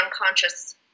unconscious